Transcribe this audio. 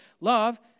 Love